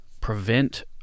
prevent